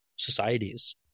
societies